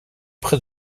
près